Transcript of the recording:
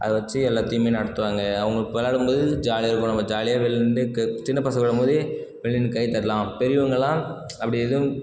அதை வச்சு எல்லாத்தையுமே நடத்துவாங்கள் அவங்களுக்கு விளாடும் போது ஜாலியாக இருக்கும் நம்ப ஜாலியாக வெளியில் நின்கிட்டு க சின்ன பசங்க விளாடும் போது வெளிய நின்னு கையை தட்டலாம் பெரியவங்கள்லாம் அப்படி எதுவும்